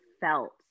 felt